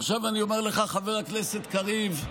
חבר הכנסת קריב,